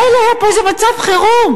מילא היה פה איזה מצב חירום.